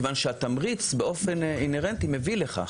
מכיוון שהתמריץ באופן אינהרנטי מביא לכך,